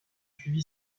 suivi